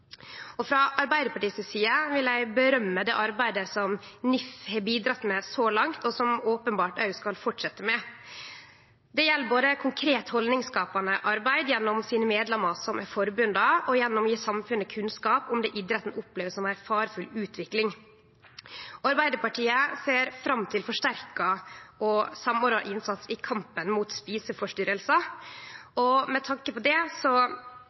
så langt, og som dei openbert skal fortsetje med. Det gjeld både konkret haldningsskapande arbeid gjennom medlemane i forbundet og gjennom å gje samfunnet kunnskap om det idretten opplever som ei farefull utvikling. Arbeidarpartiet ser fram til ein forsterka og samordna innsats i kampen mot eteforstyrringar. Med tanke på det